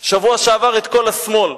בשבוע שעבר את כל השמאל.